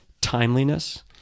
timeliness